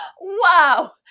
Wow